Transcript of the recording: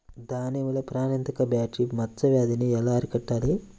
దానిమ్మలో ప్రాణాంతక బ్యాక్టీరియా మచ్చ వ్యాధినీ ఎలా అరికట్టాలి?